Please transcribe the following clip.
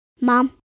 Mom